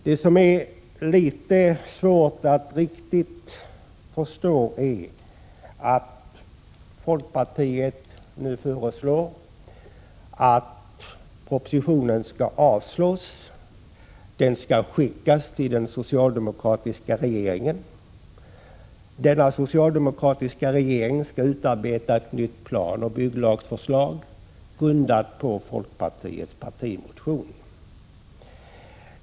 Det som är litet svårt att riktigt förstå är att folkpartiet nu föreslår att propositionen skall skickas tillbaka till den socialdemokratiska regeringen, som skall utarbeta ett nytt planoch bygglagsförslag, grundat på folkpartiets partimotion.